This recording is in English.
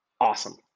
awesome